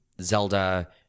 Zelda